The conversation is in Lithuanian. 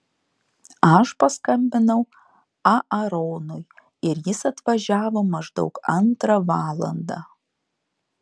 aš paskambinau aaronui ir jis atvažiavo maždaug antrą valandą